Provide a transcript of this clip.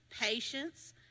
patience